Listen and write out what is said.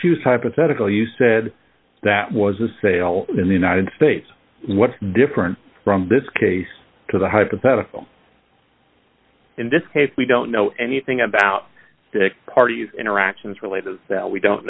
who's hypothetical you said that was a sale in the united states what's different from this case to the hypothetical in this case we don't know anything about parties interactions related we don't